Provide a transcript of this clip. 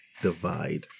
divide